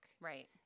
Right